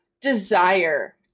desire